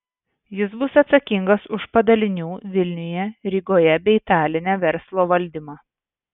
jis bus atsakingas už padalinių vilniuje rygoje bei taline verslo valdymą